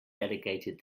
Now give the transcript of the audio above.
delegated